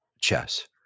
chess